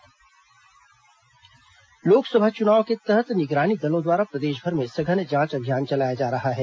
निर्वाचन आयोग कार्रवाई लोकसभा चुनाव के तहत निगरानी दलों द्वारा प्रदेशभर में सघन जांच अभियान चलाया जा रहा है